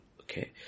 okay